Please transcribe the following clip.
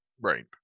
right